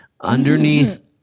underneath